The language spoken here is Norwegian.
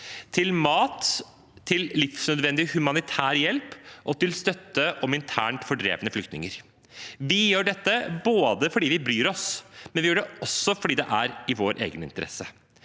til mat, til livsnødvendig humanitær hjelp og til støtte til internt fordrevne flyktninger. Vi gjør dette både fordi vi bryr oss og fordi det er i vår egen interesse.